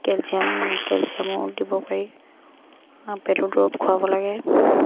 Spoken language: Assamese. কেলছিয়াম কেলছিয়ামো দিব পাৰি পেটৰ দৰৱ খোৱাব লাগে